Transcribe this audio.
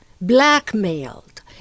blackmailed